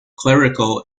clerical